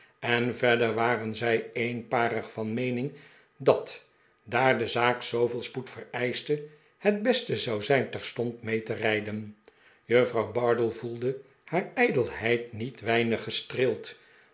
en verder waren zij eenparig van meening dat daar de zaak zoo veel spoed vereischte het beste zou zijn terstond mee te rijden juffrouw bardell voelde haar ijdelheid niet weinig gestreeld